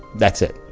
that's it.